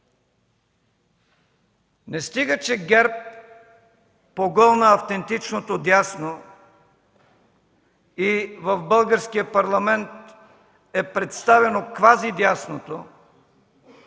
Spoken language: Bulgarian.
Не стига, че ГЕРБ погълна автентичното дясно и в Българския парламент е представено квази дясното,